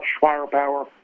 firepower